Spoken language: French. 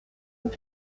nous